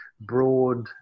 broad